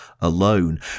alone